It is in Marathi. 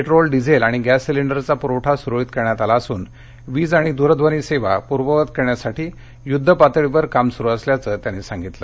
पेट्रोल डीझेल आणि गद्य सिलिंडरचा पुरवठा सुरळीत करण्यात आला असून वीज आणि दूरध्वनी सेवा पूर्ववत करण्यासाठी युद्धपातळीवर काम सुरु असल्याचं त्यांनी सांगितलं